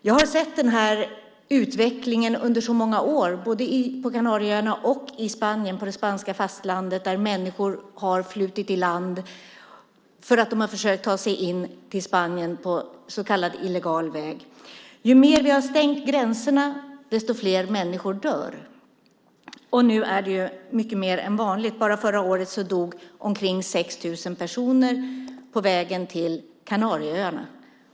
Jag har under så många år sett den här utvecklingen både på Kanarieöarna och i Spanien, på det spanska fastlandet, alltså att människor som försökt ta sig in i Spanien på så kallad illegal väg har flutit i land. Ju mer vi stänger gränser, desto fler människor dör. Nu är det långt fler än vanligt. Bara förra året dog omkring 6 000 personer på vägen till Kanarieöarna.